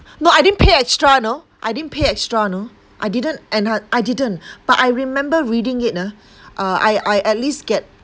no I didn't pay extra you know I didn't pay extra you know I didn't and I didn't but I remember reading it ah uh I I at least get